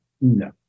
No